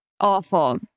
awful